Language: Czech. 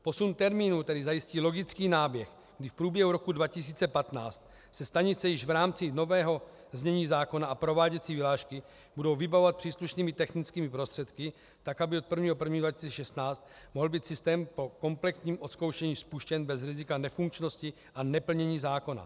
Posun termínu tedy zajistí logický náběh, kdy v průběhu roku 2015 se stanice již v rámci nového znění zákona a prováděcí vyhlášky budou vybavovat příslušnými technickými prostředky tak, aby od 1. 1. 2016 mohl být systém po kompletním odzkoušení spuštěn bez rizika nefunkčnosti a neplnění zákona.